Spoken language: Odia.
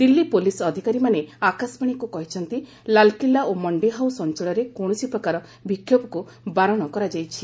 ଦିଲ୍ଲୀ ପୁଲିସ୍ ଅଧିକାରୀମାନେ ଆକାଶବାଣୀକୁ କହିଛନ୍ତି ଲାଲକିଲ୍ଲା ଓ ମଣ୍ଡି ହାଉସ୍ ଅଞ୍ଚଳରେ କୌଣସି ପ୍ରକାର ବିକ୍ଷୋଭକୁ ବାରଣ କରାଯାଇଛି